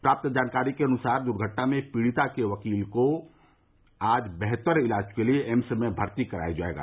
प्राप्त जानकारी के अनुसार दुर्घटना में पीड़िता के वकील को आज बेहतर इलाज के लिए एम्स में भर्ती कराया जायेगा